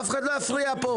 אף אחד לא יפריע פה.